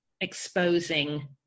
exposing